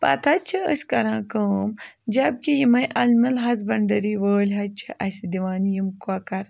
پَتہٕ حظ چھِ أسۍ کَران کٲم جبکہِ یِمَے اَنمٕل ہَسبَنڈری وٲلۍ حظ چھِ اَسہِ دِوان یِم کۄکَر